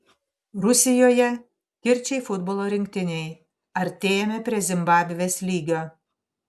rusijoje kirčiai futbolo rinktinei artėjame prie zimbabvės lygio